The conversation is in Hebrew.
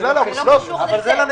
זה לא קשור לזה.